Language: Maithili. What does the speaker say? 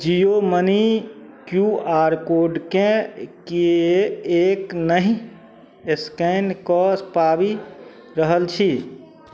जीओ मनी क्यू आर कोडकेँ के एक नहि स्कैन कऽ पाबि रहल छी